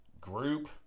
Group